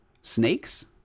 snakes